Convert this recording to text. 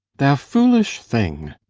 thou foolish thing!